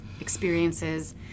experiences